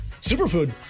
Superfood